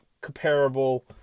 comparable